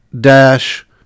dash